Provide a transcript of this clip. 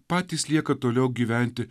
patys lieka toliau gyventi